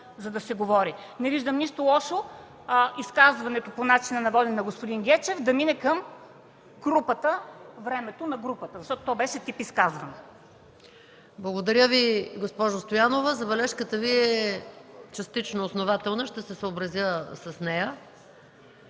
за да се говори. Не виждам нищо лошо изказването по начина на водене на господин Гечев да мине към времето на групата, защото то беше тип изказване. ПРЕДСЕДАТЕЛ МАЯ МАНОЛОВА: Благодаря Ви, госпожо Стоянова. Забележката Ви е частично основателна. Ще се съобразя с нея.